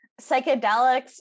psychedelics